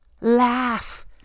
Laugh